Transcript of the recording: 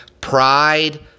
Pride